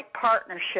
partnership